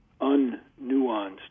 un-nuanced